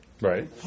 Right